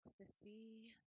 Ecstasy